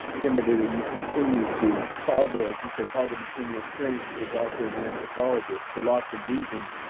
kimberly, that you continue to toggle as you said, toggle between your experience as a doctor and an anthropologist for lots of reasons.